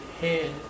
head